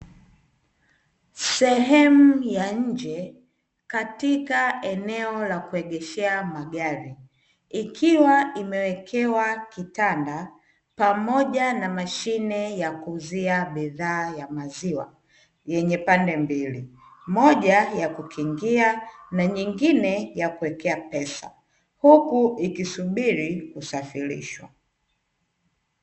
Sehemu ya nje katika eneo la kuegeshea magari ikiwa imewekewa vitanda pamoja na mashine ya kuuzia bidhaa ya maziwa yenye pande mbili, moja ya kukingia na nyingine ya kuwekea pesa. Huku ikisubiri kusafirishwa.